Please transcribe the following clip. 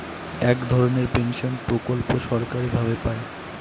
এক ধরনের পেনশন প্রকল্প সরকারি ভাবে পাই